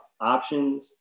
options